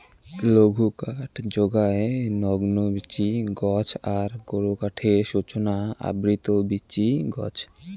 লঘুকাঠ যোগায় নগ্নবীচি গছ আর গুরুকাঠের সূচনা আবৃত বীচি গছ